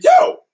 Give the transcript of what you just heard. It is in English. yo